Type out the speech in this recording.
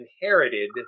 inherited